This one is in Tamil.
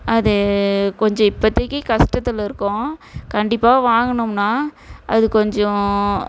அது கொஞ்சம் இப்போதைக்குக் கஷ்டத்துல இருக்கோம் கண்டிப்பாக வாங்கினோம்னா அது கொஞ்சம்